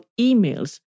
emails